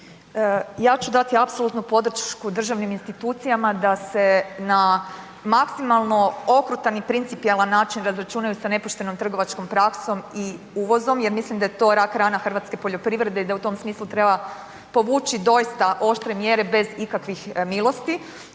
Ja ću dati apsolutnu podršku državnim institucijama da se na maksimalno okrutan i principijelan način razračunaju sa nepoštenom trgovačkom praksom i uvozom jer mislim da je to rak rana hrvatske poljoprivrede i da u tom smislu treba povući doista oštre mjere bez ikakvih milosti.